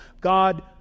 God